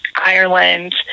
Ireland